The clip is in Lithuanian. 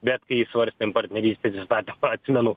bet kai svarstėm partnerystės įsta atsimenu